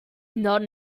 not